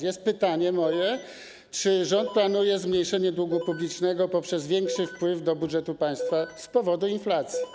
Moje pytanie: Czy rząd planuje zmniejszenie długu publicznego poprzez większy wpływ do budżetu państwa z powodu inflacji?